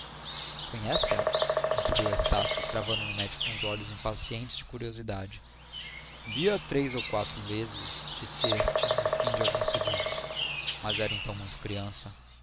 dedicação conhece-a inquiriu estácio cravando no médico uns olhos impacientes de curiosidade vi-a três ou quatro vezes disse este no fim de alguns segundos mas era então muito criança